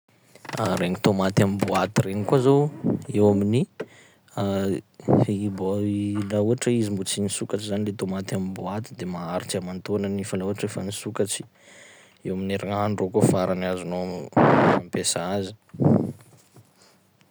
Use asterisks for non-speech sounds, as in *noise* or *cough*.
*noise* Regny tômaty am' boaty regny koa zao *noise* eo amin'ny *noise* *hesitation* hiboa- i- laha ohatry hoe izy mbô tsy nisokatsy zany le tômaty am' boaty de maharitsy aman-taonany, fa laha ohatry hoe fa nisokatsy eo amin'ny herignandro eo koa farany azonao *hesitation* ampiasa azy.